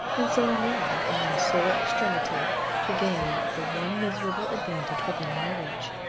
and so i lied in my sore extremity to gain the one miserable advantage within my reach.